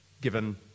given